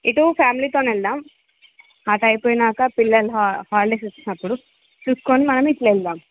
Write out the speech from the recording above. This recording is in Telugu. ఇటు ఫ్యామిలీతోని వెళ్దాము అటు అయిపోయాక పిల్లలు హా హాలిడేస్ వచ్చినప్పుడు చూసుకుని మనం ఇలా వెళ్దాము